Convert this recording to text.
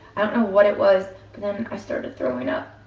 know what it was. then and i started throwing up,